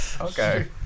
Okay